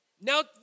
Now